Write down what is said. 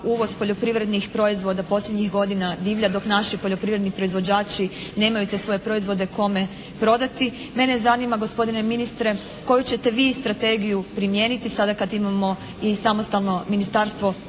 uvoz poljoprivrednih proizvoda posljednjih godina divlja dok naši poljoprivredni proizvođači nemaju te svoje proizvode kome prodati, mene zanima gospodine ministre koju ćete vi strategiju primijeniti sada kad imamo i samostalno Ministarstvo